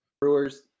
brewers